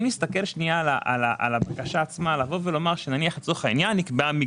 אם נסתכל על הבקשה עצמה, נניח שנקבעה מגבלה,